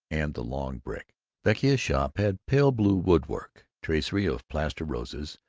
and the long brick vecchia's shop had pale blue woodwork, tracery of plaster roses,